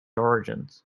origins